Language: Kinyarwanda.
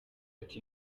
ati